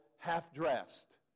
half-dressed